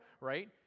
right